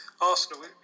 Arsenal